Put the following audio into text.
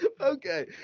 Okay